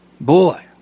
Boy